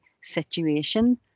situation